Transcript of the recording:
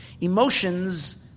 Emotions